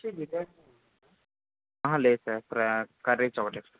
అహ లేదు sir curries ఒకటే